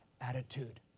attitude